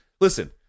Listen